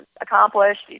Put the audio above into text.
accomplished